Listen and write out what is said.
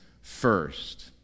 first